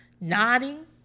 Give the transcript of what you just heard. Nodding